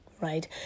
right